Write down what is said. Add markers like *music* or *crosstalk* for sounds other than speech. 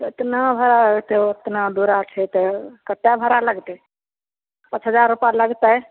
कतना भाड़ा होतै ओतना दूर *unintelligible* छै तऽ कतेक भाड़ा लगतै पॉंच हजार रूपा लगतै